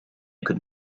could